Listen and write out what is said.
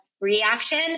reaction